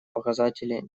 показатели